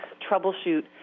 troubleshoot